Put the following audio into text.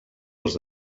els